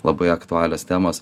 labai aktualios temos